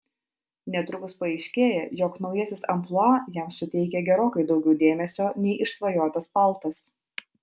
netrukus paaiškėja jog naujasis amplua jam suteikia gerokai daugiau dėmesio nei išsvajotas paltas